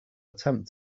attempt